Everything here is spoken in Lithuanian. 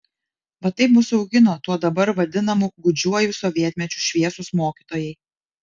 va taip mus augino tuo dabar vadinamu gūdžiuoju sovietmečiu šviesūs mokytojai